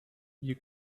you